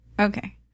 Okay